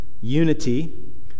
unity